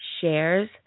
shares